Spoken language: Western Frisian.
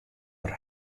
der